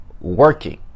working